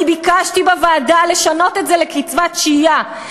אני ביקשתי בוועדה לשנות את זה לקצבת שהייה.